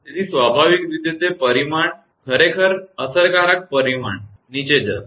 તેથી સ્વાભાવિક રીતે તે પરિમાણ ખરેખર અસરકારક પરિમાણ નીચે જશે